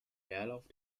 leerlauf